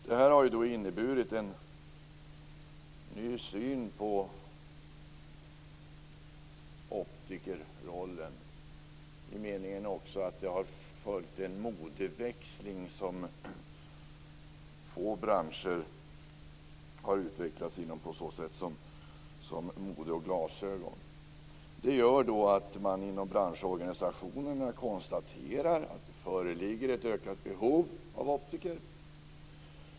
Det här har inneburit en ny syn på optikerrollen i den meningen också att det medfört en modeväxling, som inom få branscher har utvecklats på så sätt som vad gäller mode av glasögon. Det gör att man inom branschorganisationerna konstaterar att det föreligger ökade behov av optiker.